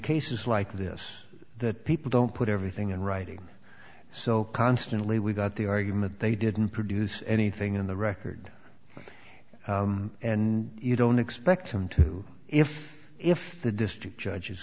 cases like this that people don't put everything in writing so constantly we've got the argument they didn't produce anything in the record and you don't expect them to if if the district judge